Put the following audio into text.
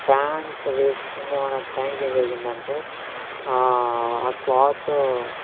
pant వేసుకుందామనే time కి ఏం జరిగిందంటే ఆ క్లాత్